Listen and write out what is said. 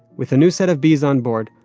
with a new set of bees on board,